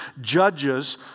Judges